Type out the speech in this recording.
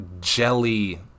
jelly